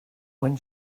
when